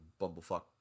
bumblefuck